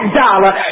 dollar